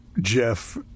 Jeff